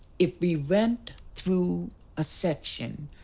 if we went through a section,